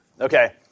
Okay